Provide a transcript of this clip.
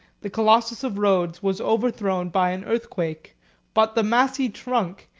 the colossus of rhodes was overthrown by an earthquake but the massy trunk,